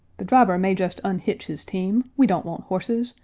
the driver may just unhitch his team, we don't want horses,